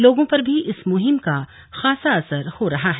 लोगों पर भी इस मुहिम का खासा असर हो रहा है